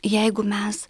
jeigu mes